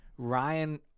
Ryan